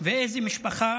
ואיזה משפחה